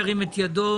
ירים את ידו.